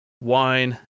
wine